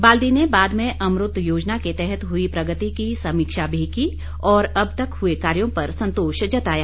बाल्दी ने बाद में अम्रूत योजना को तहत हुई प्रगति की समीक्षा भी की और अब तक हुए कार्यों पर सन्तोष जताया